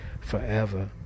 forever